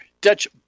Dutch